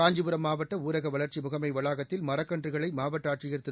காஞ்சிபுரம் மாவட்ட ஊரக வளர்ச்சி முகமை வளாகத்தில் மரக்கன்றுகளை மாவட்ட ஆட்சியர் திரு